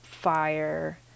fire